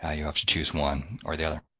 ah you have to choose one or the other.